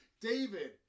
David